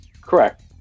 Correct